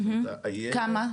כמה?